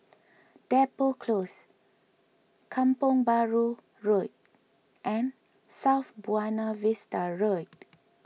Depot Close Kampong Bahru Road and South Buona Vista Road